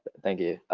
thank you.